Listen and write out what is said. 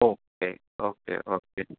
okay okay okay